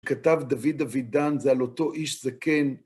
כתב דוד אבידן, זה על אותו איש זקן.